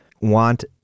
want